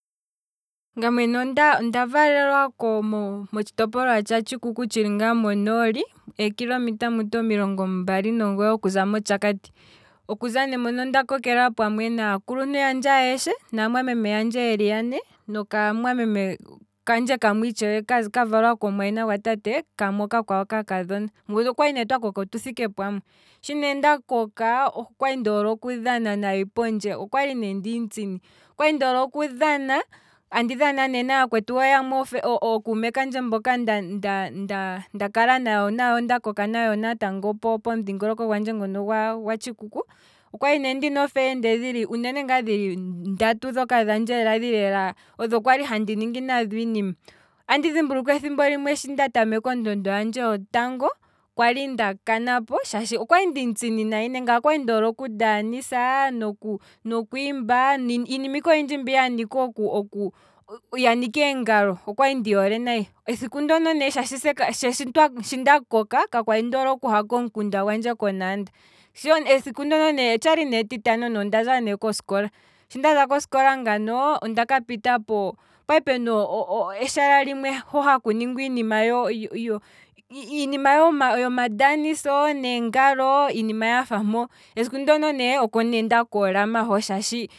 Ngaye mwene onda valelwa moshitopolwa shaoshikuku tshili ngaa monooli, eekilometa kiimba omilongo 29 okuza moshakati, okuza nee mpono onda kokela pamwe naakuluntu yandje ayeshe naamwameme yeli yane, nokamwameme kandje kamwe itshewe kavalwa komumwayina gwatate oka kwawo okakadhona, mpono otwali ne twakoka otu thiike pamwe, shi ne ndakoka okwali ndoole okudhana ne pondje, okwali ndim'tsini, okwali ne ndoole okudhana, andi dhana ne naya kwetu wo yamwe ookume kandje mboka nda- nda- ndakala nayo, nda koka nayo natango pomudhingoloko ngono gwandje gwatshikuku, okwaline ndina eefelende uunene ngaa dhoka dhili ndatu, dhandje lela dhoka odho kwali handi ningi nadho iinima, andi dhimbulukwa ethimbo nda tameka ondondo handje hotango kwali ndaka napo. okwali ndim'tsini nayi ngaye okwali ndoole oku ndaanisa no kwiimba, iinima ike oyindji mbi yanika eengalo okwali ndiyi hole nayi, esiku ndono ne shaashi se shi ndakoka ka kwali ndoole okuha komukunda gwandje konaanda, esiku ndono otshali ne etitano. ondaza kosikola, shi ndaza kosikola ngano ondaka pita ne, opwali puna eshala limwe hu haku ningwa iinima yo- yo- yo iinima yomandaaniso neengalo, iinima yafampo, esiku ndono nee oko ne ndaka olama hono shaashi